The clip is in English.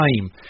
time